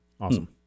Awesome